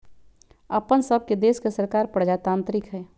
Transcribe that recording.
अप्पन सभके देश के सरकार प्रजातान्त्रिक हइ